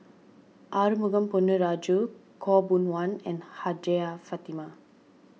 Arumugam Ponnu Rajah Khaw Boon Wan and Hajjah Fatimah